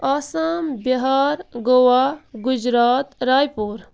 آسام بِہار گووا گُجرات راے پوٗر